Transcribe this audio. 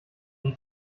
die